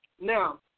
Now